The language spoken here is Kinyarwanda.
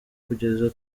kugeza